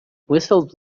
whistle